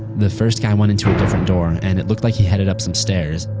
the first guy went into a different door and it looked like he headed up some stairs.